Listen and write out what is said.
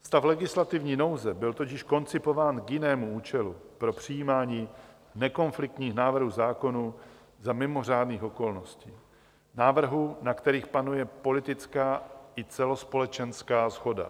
Stav legislativní nouze byl totiž koncipován k jinému účelu, pro přijímání nekonfliktních návrhů zákonů za mimořádných okolností, návrhů, na kterých panuje politická i celospolečenská shoda.